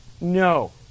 No